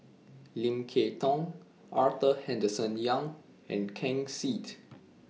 Lim Kay Tong Arthur Henderson Young and Ken Seet